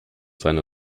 seine